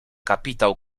kapitał